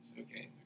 okay